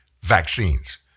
vaccines